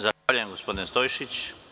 Zahvaljujem gospodine Stojšić.